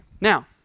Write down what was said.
Now